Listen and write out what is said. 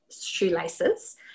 shoelaces